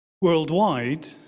Worldwide